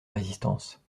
résistance